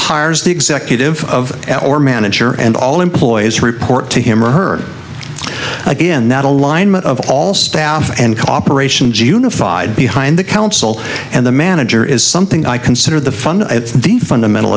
hires the executive of manager and all employees who report to him or her again that alignment of all staff and operations unified behind the council and the manager is something i consider the fund